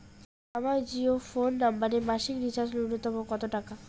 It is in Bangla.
আমার জিও ফোন নম্বরে মাসিক রিচার্জ নূন্যতম কত টাকা?